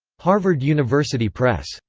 harvard university press.